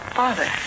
father